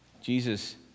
Jesus